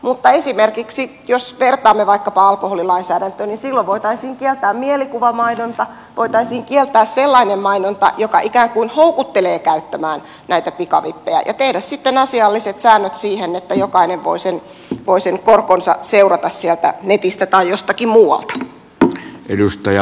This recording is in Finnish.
mutta esimerkiksi jos vertaamme vaikkapa alkoholilainsäädäntöön niin silloin voitaisiin kieltää mielikuvamainonta voitaisiin kieltää sellainen mainonta joka ikään kuin houkuttelee käyttämään näitä pikavippejä ja tehdä sitten asialliset säännöt siihen että jokainen voi sen korkonsa seurata sieltä netistä tai jostakin muualta